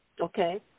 Okay